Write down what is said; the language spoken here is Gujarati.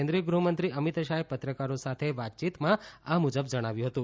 કેન્દ્રિય ગૃહમંત્રી અમીત શાહે પત્રકારો સાથે વાતચીતમાં આ મુજબ જણાવ્યું હતું